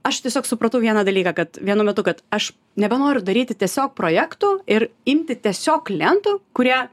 aš tiesiog supratau vieną dalyką kad vienu metu kad aš nebenoriu daryti tiesiog projektų ir imti tiesiog klientų kurie